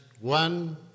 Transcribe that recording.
one